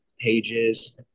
pages